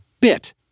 bit